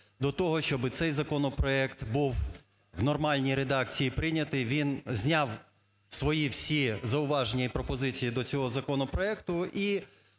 до того, щоби цей законопроект був у нормальній редакції прийнятий. Він зняв свої всі зауваження і пропозиції до цього законопроекту.